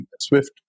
swift